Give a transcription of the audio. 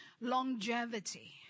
Longevity